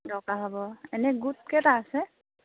দৰকাৰ হ'ব এনেই গোট কেইটা আছে